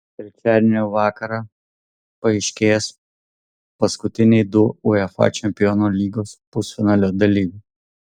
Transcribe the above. trečiadienio vakarą paaiškės paskutiniai du uefa čempionų lygos pusfinalio dalyviai